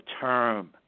term